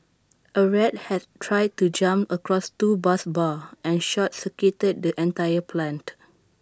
A rat had tried to jump across two bus bars and short circuited the entire plant